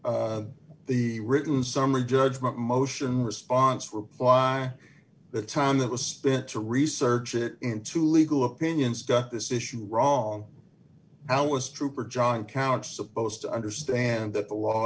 briefing the written summary judgment motion response reply that time that was spent to research it into legal opinions ducked this issue wrong how was trooper john count supposed to understand that the law